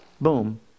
boom